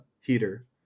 heater